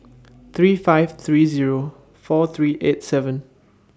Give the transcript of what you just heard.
three five three Zero four three eight seven